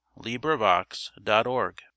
LibriVox.org